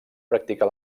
practicà